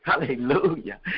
Hallelujah